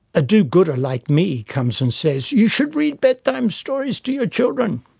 a do-gooder like me comes and says you should read bed-time stories to your children.